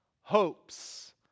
hopes